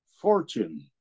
fortune